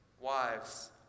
wives